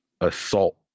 assault